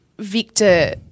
Victor –